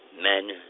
men